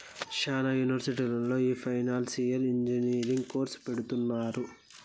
శ్యానా యూనివర్సిటీల్లో ఈ ఫైనాన్సియల్ ఇంజనీరింగ్ కోర్సును పెడుతున్నారు